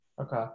Okay